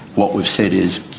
what we have said is